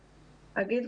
אגיד,